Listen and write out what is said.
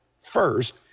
First